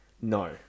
No